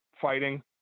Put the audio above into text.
fighting